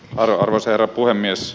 arvoisa herra puhemies